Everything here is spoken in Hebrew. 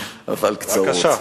אבל קצרות.